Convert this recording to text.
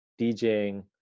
djing